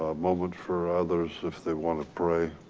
moment for others, if they wanna pray.